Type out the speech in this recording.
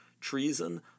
treason